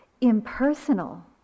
impersonal